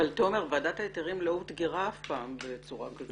אבל ועדת ההיתרים לא אותגרה אף פעם בצורה כזו.